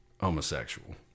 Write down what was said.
homosexual